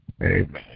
Amen